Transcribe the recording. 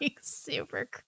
super